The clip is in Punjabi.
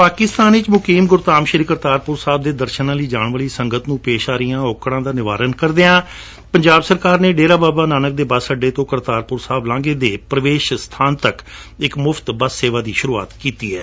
ਫਾਕਿਸਤਾਨ ਵਿਚ ਮੁਕੀਮ ਗੁਰਧਾਮ ਸ਼੍ਰੀ ਕਰਤਾਰਪੁਰ ਸਾਹਿਬ ਦੇ ਦਰਸਨਾਂ ਲਈ ਜਾਣ ਵਾਲੀ ਸੰਗਤ ਨੂੰ ਪੇਸ਼ ਆ ਰਹੀਆਂ ਔਕੜਾਂ ਦਾ ਨਿਵਾਰਣ ਕਰਦਿਆਂ ਪੰਜਾਬ ਸਰਕਾਰ ਨੇ ਡੇਰਾ ਬਾਬਾ ਨਾਨਕ ਦੇ ਬਸ ਅੱਡੇ ਤੋਂ ਕਰਤਾਰਪੁਰ ਸਾਹਿਬ ਲਾਂਘੇ ਦੇ ਪ੍ਰਵੇਸ਼ ਸਬਾਨ ਤੱਕ ਇੱਕ ਬਸ ਸੇਵਾ ਦੀ ਸ਼ੁਰੂਆਤ ਕੀਤੀ ਹੈ